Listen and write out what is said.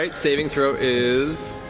um saving throw is?